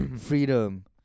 freedom